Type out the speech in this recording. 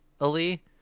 Ali